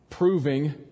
Proving